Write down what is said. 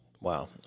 Wow